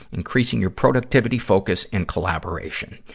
increasing your productivity, focus, and collaboration.